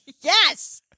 Yes